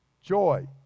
joy